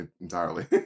entirely